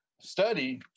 study